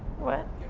what?